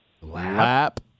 Lap